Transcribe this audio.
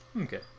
Okay